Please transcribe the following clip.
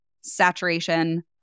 saturation